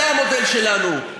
זה המודל שלנו.